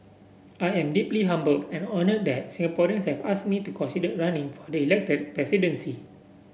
I am deeply humbled and honoured that Singaporeans have asked me to consider running for the elected presidency